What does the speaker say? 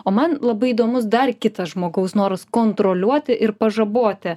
o man labai įdomus dar kitas žmogaus noras kontroliuoti ir pažaboti